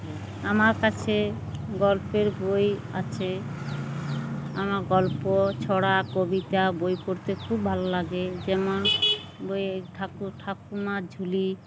আমার কাছে গল্পের বই আছে আমার গল্প ছড়া কবিতা বই পড়তে খুব ভালো লাগে যেমন বই ঠাকুমার ঝুলি